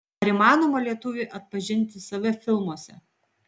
ar įmanoma lietuviui atpažinti save filmuose